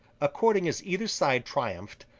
according as either side triumphed,